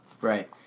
Right